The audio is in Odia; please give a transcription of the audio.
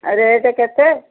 ରେଟ୍ କେତେ